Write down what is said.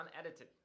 unedited